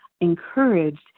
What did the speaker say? encouraged